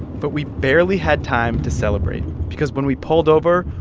but we barely had time to celebrate because when we pulled over,